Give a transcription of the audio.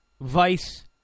vice